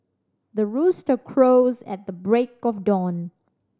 the rooster crows at the break of dawn